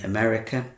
America